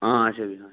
آ اچھا بِہِو